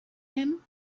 him